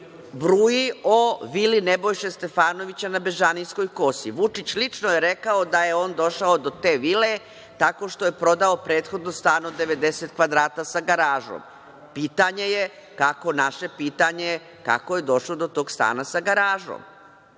Bruji o vili Nebojše Stefanovića na Bežanijskoj kosi. Vučić je lično rekao da je došao do te vile tako što je prodao prethodno stan od 90 kvadrata sa garažom. Naše pitanje je kako je došao do tog stana sa garažom?